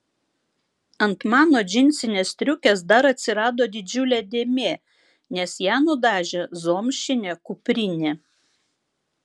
ant mano džinsinės striukės dar atsirado didžiulė dėmė nes ją nudažė zomšinė kuprinė